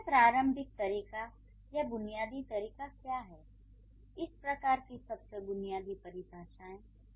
सबसे प्रारंभिक तरीका या बुनियादी तरीका क्या है इस प्रकार की सबसे बुनियादी परिभाषाएं